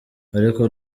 ariko